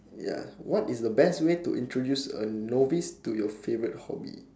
ya what is the best way to introduce a novice to your favourite hobby